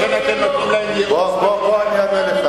לכן אתם נותנים להם, בוא אני אענה לך.